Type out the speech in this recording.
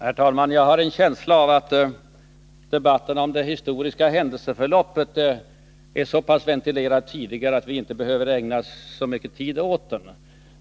Herr talman! Jag har en känsla av att debatten om det historiska händelseförloppet är så pass ventilerad tidigare att vi inte behöver ägna så mycket tid åt detta.